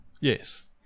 Yes